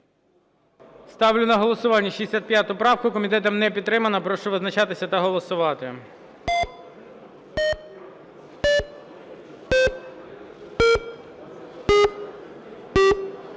Ставлю на голосування 65 правку. Комітетом не підтримана. Прошу визначатись та голосувати.